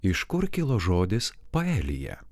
iš kur kilo žodis paelija